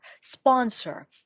sponsor